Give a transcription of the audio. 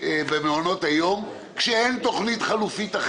במעונות היום, ואין תוכנית חלופית.